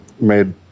made